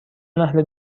اهل